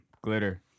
Glitter